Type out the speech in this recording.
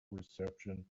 reception